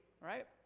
right